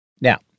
Now